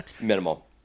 minimal